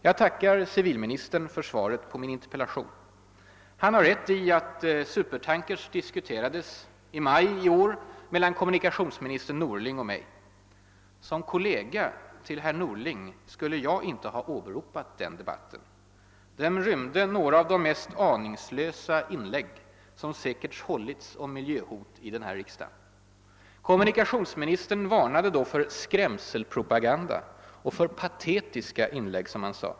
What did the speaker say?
Jag tackar civilministern för svaret på min interpellation. Han har rätt i att supertankers diskuterades senast i maj i år mellan kommunikationsminister Norling och mig. Som kollega till herr Norling skulle jag inte ha åberopat den debatten. Den rymde några av de mest aningslösa inlägg som hållits om miljöhot i den här riksdagen. Kommunikationsministern varnade då för »skrämselpropaganda» och för »patetiska» inlägg.